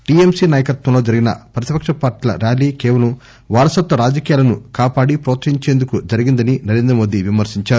TMC నాయకత్వంలో జరిగిన ప్రతిపక్షపార్టీల ర్యాలీ కేవలం వారసత్వరాజకీయాలను కాపాడి ప్రోత్సహించేందుకు ప్రధాని నరేంద్ర మోదీ విమర్పించారు